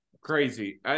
Crazy